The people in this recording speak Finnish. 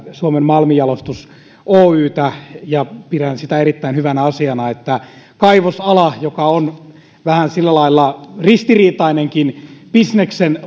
suomen malmijalostus oytä pidän sitä erittäin hyvänä asiana että kun kaivosala on vähän sillä lailla ristiriitainenkin bisneksen